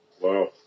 Wow